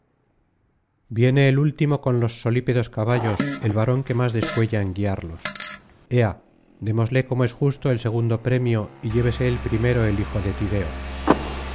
viene el último con los solípedos caballos el varón que más descuella en guiarlos ea démosle como es justo el segundo premio y llévese el primero el hijo de tideo